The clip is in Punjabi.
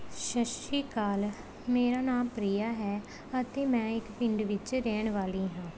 ਸਤਿ ਸ਼੍ਰੀ ਅਕਾਲ ਮੇਰਾ ਨਾਮ ਪ੍ਰੀਆ ਹੈ ਅਤੇ ਮੈਂ ਇੱਕ ਪਿੰਡ ਵਿੱਚ ਰਹਿਣ ਵਾਲੀ ਹਾਂ